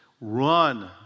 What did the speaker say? Run